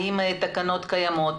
האם התקנות קיימות?